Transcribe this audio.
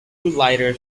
lighter